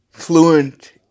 fluent